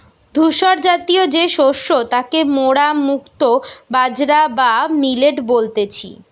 ধূসরজাতীয় যে শস্য তাকে মোরা মুক্তা বাজরা বা মিলেট বলতেছি